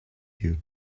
you